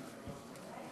לא למרוח, לסכם.